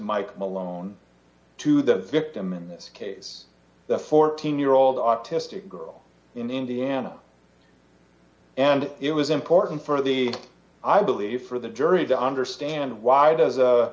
mike malone to the victim in this case the fourteen year old autistic girl in indiana and it was important for the i believe for the jury to understand why does